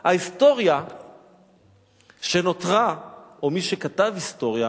ההיסטוריה שנותרה, או מי שכתב היסטוריה,